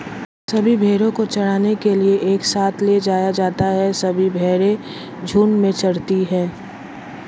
सभी भेड़ों को चराने के लिए एक साथ ले जाया जाता है सभी भेड़ें झुंड में चरती है